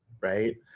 right